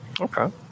okay